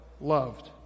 loved